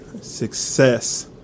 success